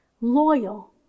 loyal